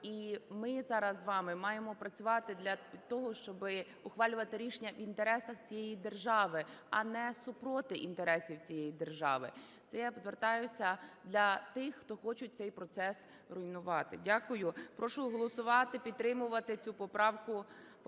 І ми зараз з вами маємо працювати для того, щоби ухвалювати рішення в інтересах цієї держави, а не супроти інтересів цієї держави. Це я звертаюся для тих, хто хочуть цей процес руйнувати. Дякую. Прошу голосувати, підтримувати цю поправку.